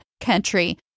country